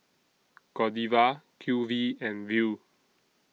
Godiva Q V and Viu